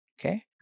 Okay